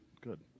Good